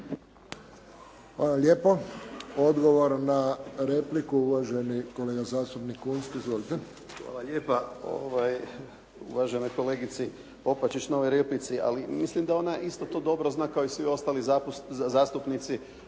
Hvala lijepo. Odgovor na repliku, uvaženi kolega zastupnik Kunst. Izvolite. **Kunst, Boris (HDZ)** Hvala lijepo uvaženoj kolegici Opačić na ovoj replici, ali mislim da ona isto to dobro zna kao i svi ostali zastupnici